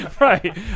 right